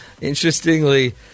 Interestingly